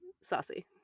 Saucy